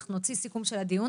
אנחנו נוציא סיכום של הדיון,